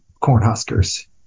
Cornhuskers